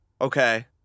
Okay